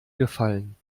gefallen